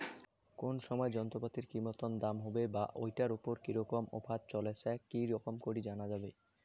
কোন সময় যন্ত্রপাতির কি মতন দাম হবে বা ঐটার উপর কি রকম অফার চলছে কি রকম করি জানা যাবে?